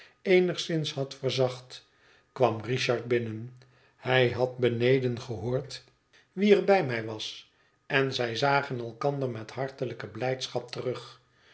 eenigszins had verzacht kwam richard binnen hij had beneden gehoord wie er bij mij was en zij zagen elkander met hartelijke blijdschap terug